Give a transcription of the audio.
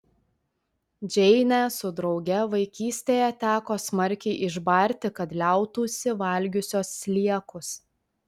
džeinę su drauge vaikystėje teko smarkiai išbarti kad liautųsi valgiusios sliekus